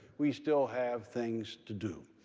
we still have things to do.